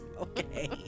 Okay